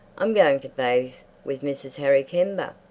i'm going to bathe with mrs. harry kember.